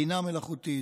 בינה מלאכותית,